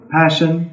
passion